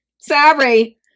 Sorry